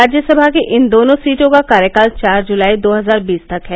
राज्यसभा की इन दोनों सीटों का कार्यकाल चार जुलाई दो हजार बीस तक है